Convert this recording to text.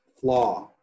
flaw